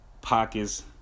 Pockets